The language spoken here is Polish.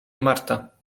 marta